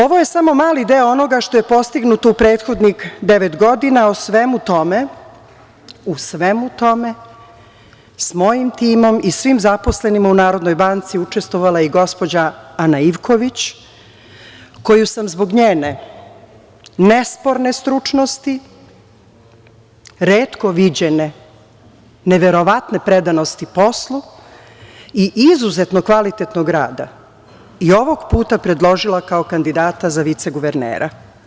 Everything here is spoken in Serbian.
Ovo je samo mali deo onoga što je postignuto u prethodnih devet godina, u svemu tome sa mojim timom i svim zaposlenima u Narodnoj banci učestvovala je i gospođa Ana Ivković, koju sam zbog njene nesporne stručnosti, retko viđene, neverovatne predanosti poslu i izuzetno kvalitetnog rada i ovog puta predložila kao kandidata za viceguvernera.